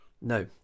no